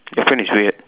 your friend is weird